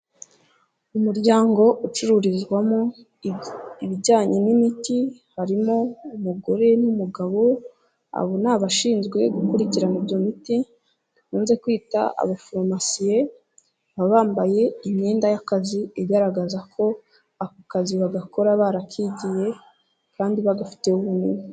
Umuryango ucururizwamo ibijyanye n'imiti, harimo umugore n'umugabo abo abashinzwe gukurikirana iyo miti bakunze kwita abaforomasiye, baba bambaye imyenda y'akazi igaragaza ko ako kazi bagakora barakigiye kandi bagafite ubumenyi.